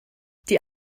die